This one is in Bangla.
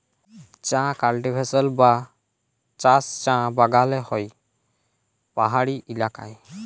চাঁ কাল্টিভেশল বা চাষ চাঁ বাগালে হ্যয় পাহাড়ি ইলাকায়